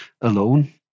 alone